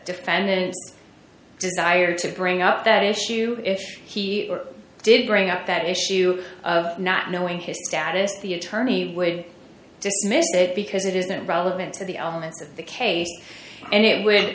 defendant's desire to bring up that issue if he did bring up that issue of not knowing his status the attorney would dismiss it because it is not relevant to the elements of the case and it would